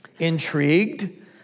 Intrigued